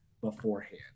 beforehand